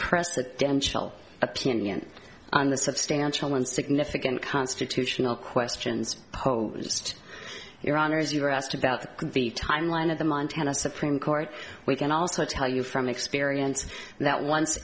presidential opinion on the substantial and significant constitutional questions posed your honor as you were asked about the timeline of the montana supreme court we can also tell you from experience that once